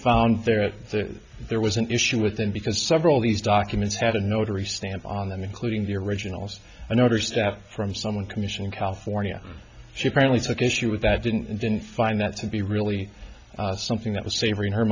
found there there was an issue with him because several these documents had a notary stamp on them including the originals and other staff from someone commission in california she apparently took issue with that didn't and didn't find that to be really something that was safer in her